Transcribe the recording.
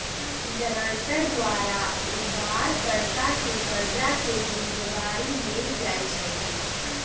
guarantor द्वारा उधारकर्ता के कर्जा के जिम्मदारी लेल जाइ छइ